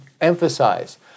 emphasize